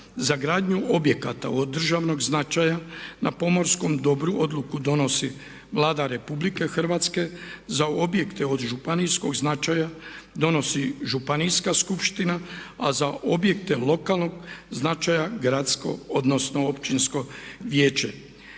Za gradnju objekata od državnog značaja na pomorskom dobru odluku donosi Vlada Republike Hrvatske. Za objekte od županijskog značaja donosi županijska skupština a za objekte lokalnog značaja gradsko odnosno općinsko vijeće.